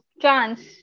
chance